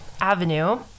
Avenue